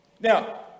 Now